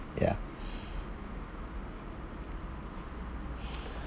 yeah